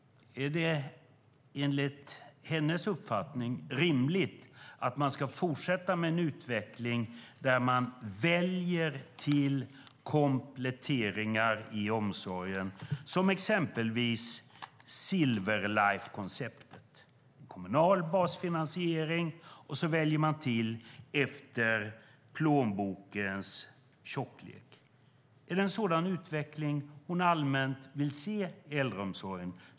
Är det rimligt att vi ska fortsätta med en utveckling där man väljer till kompletteringar i omsorgen, som exempelvis Silver Life-konceptet med kommunal basfinansiering och tillval efter plånbokens tjocklek? Är det en sådan allmän utveckling hon vill se i äldreomsorgen?